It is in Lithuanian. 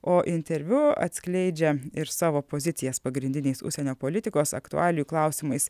o interviu atskleidžia ir savo pozicijas pagrindiniais užsienio politikos aktualijų klausimais